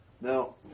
Now